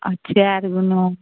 আর চেয়ারগুলো